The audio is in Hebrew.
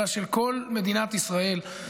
אלא של כל מדינת ישראל.